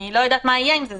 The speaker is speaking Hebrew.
לא יודעת מה יהיה עם זה.